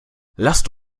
lasst